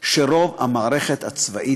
היא שרוב המערכת הצבאית,